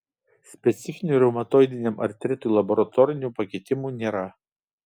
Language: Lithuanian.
specifinių reumatoidiniam artritui laboratorinių pakitimų nėra